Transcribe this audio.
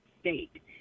State